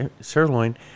sirloin